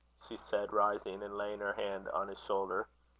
she said, rising, and laying her hand on his shoulder.